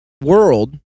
world